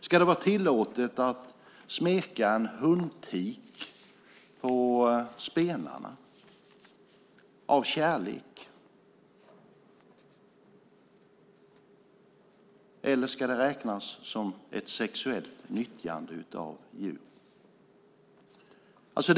Ska det vara tillåtet att smeka en tik på spenarna av kärlek, eller ska det räknas som ett sexuellt nyttjande av djur?